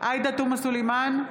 עאידה תומא סלימאן,